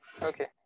Okay